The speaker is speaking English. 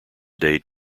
dade